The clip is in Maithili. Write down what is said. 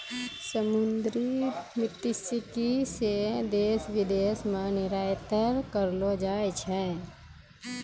समुन्द्री मत्स्यिकी से देश विदेश मे निरयात करलो जाय छै